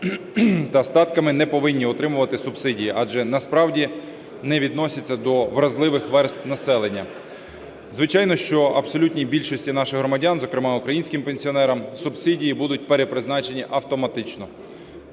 та статками не повинні отримувати субсидії, адже насправді не відносяться до вразливих верств населення. Звичайно, що абсолютній більшості наших громадян, зокрема українським пенсіонерам, субсидії будуть перепризначені автоматично,